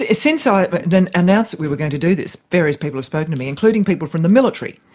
ah since i but and and announced that we were going to do this, various people have spoken to me, including people from the military,